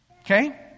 Okay